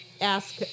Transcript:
ask